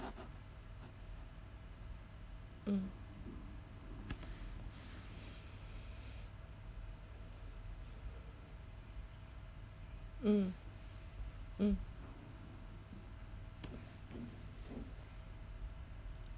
mm mm mm